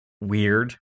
weird